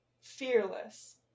fearless